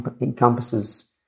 encompasses